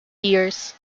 years